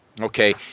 Okay